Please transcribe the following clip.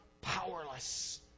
powerless